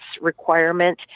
requirement